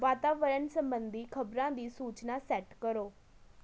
ਵਾਤਾਵਰਣ ਸੰਬੰਧੀ ਖਬਰਾਂ ਦੀ ਸੂਚਨਾ ਸੈਟ ਕਰੋ